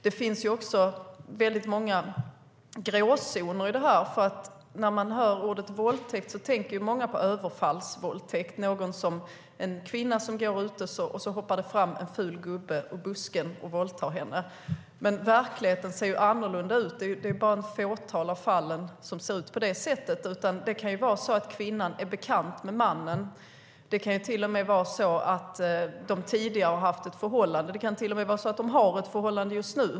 Det finns också många gråzoner i detta. När man hör ordet "våldtäkt" tänker nämligen många på överfallsvåldtäkt, alltså att en kvinna går utomhus och att det hoppar fram en ful gubbe ur busken och våldtar henne. Men verkligheten ser annorlunda ut; det är bara ett fåtal av fallen som ser ut på det sättet. Det kan i stället vara så att kvinnan är bekant med mannen eller att de tidigare har haft ett förhållande. Det kan till och med vara så att de har ett förhållande just nu.